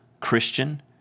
Christian